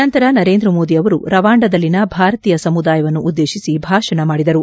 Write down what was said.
ನಂತರ ನರೇಂದ್ರ ಮೋದಿ ಅವರು ರವಾಂಡದಲ್ಲಿನ ಭಾರತೀಯ ಸಮುದಾಯವನ್ನು ಉದ್ದೇಶಿಸಿ ಭಾಷಣ ಮಾಡಿದರು